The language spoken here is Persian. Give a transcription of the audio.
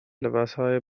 لباسهای